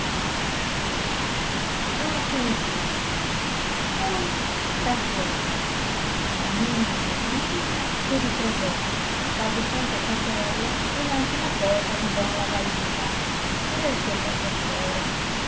non la finì più poi s'avviò cammina e cammina si ritrovò quasi senza saperlo dinanzi la porta di don lagàipa ch'era il suo confessore